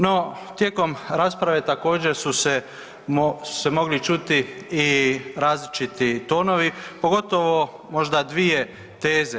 No tijekom rasprave, također su se mogli čuti i različiti tonovi, pogotovo, možda dvije teze.